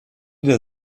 der